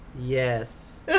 yes